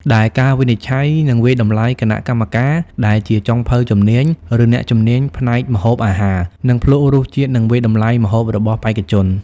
ដែលការវិនិច្ឆ័យ និងវាយតម្លៃគណៈកម្មការដែលជាចុងភៅជំនាញ ឬអ្នកជំនាញផ្នែកម្ហូបអាហារ នឹងភ្លក្សរសជាតិ និងវាយតម្លៃម្ហូបរបស់បេក្ខជន។